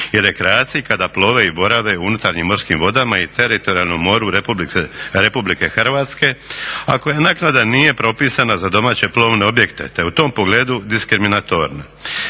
i rekreaciji, kada plove i borave u unutarnjim morskim vodama i teritorijalnom moru Republike Hrvatske, a koja naknada nije propisana za domaće plovne objekte te je u tom pogledu diskriminatorna.